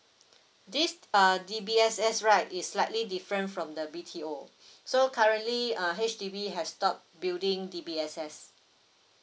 this uh D_B_S_S right it's slightly different from the B_T_O so currently uh H_D_B has stopped building D_B_S_S